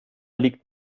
liegt